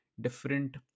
different